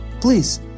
please